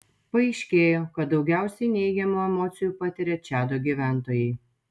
paaiškėjo kad daugiausiai neigiamų emocijų patiria čado gyventojai